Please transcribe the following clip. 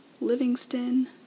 Livingston